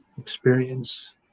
experience